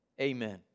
Amen